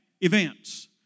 events